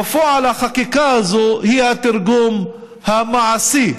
בפועל החקיקה הזאת היא התרגום המעשי,